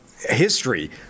History